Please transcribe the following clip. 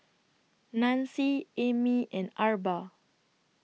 Nanci Amy and Arba